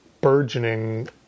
burgeoning